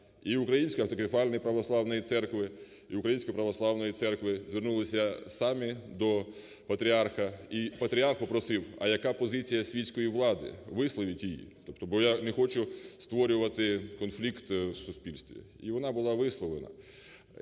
і Української Автокефальної Православної Церкви, і Української Православної Церкви, звернулися самі до патріарха. І патріарх попросив: а яка позиція світської влади, висловіть її. Тобто, бо я не хочу створювати конфлікт в суспільстві. І вона була висловлена.